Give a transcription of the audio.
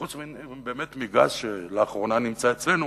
חוץ מגז, שלאחרונה נמצא אצלנו,